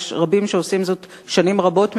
יש רבים שעושים זאת שנים רבות ממני,